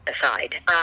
aside